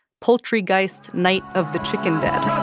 poultrygeist night of the chicken dead.